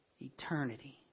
eternity